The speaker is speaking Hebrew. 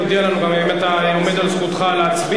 תודיע לנו גם אם אתה עומד על זכותך להצביע,